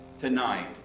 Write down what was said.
tonight